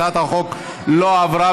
הצעת החוק לא עברה,